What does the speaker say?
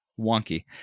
wonky